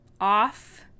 off